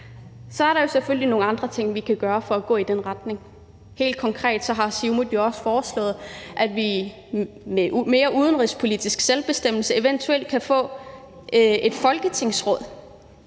er der selvfølgelig nogle andre ting, vi kan gøre for at gå i den retning. Helt konkret har Siumut også foreslået, at vi med mere udenrigspolitisk selvbestemmelse eventuelt kan få et folketingsråd